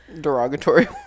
Derogatory